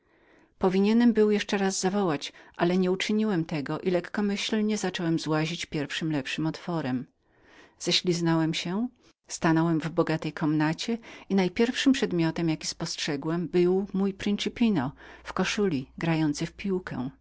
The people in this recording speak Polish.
powinienem był jeszcze raz zawołać ale nieuczyniłem tego i lekkomyślnie zacząłem złazić pierwszym lepszym otworem ześliznąłem się stanąłem w bogatej komnacie i najpierwszym przedmiotem jaki spostrzegłem był mój principino w koszuli grający w piłkę